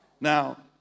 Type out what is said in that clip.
Now